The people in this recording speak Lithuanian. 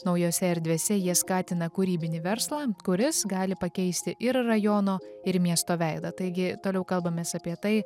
naujose erdvėse jie skatina kūrybinį verslą kuris gali pakeisti ir rajono ir miesto veidą taigi toliau kalbamės apie tai